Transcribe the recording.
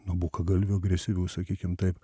nuo bukagalvių agresyvių sakykim taip